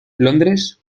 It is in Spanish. londres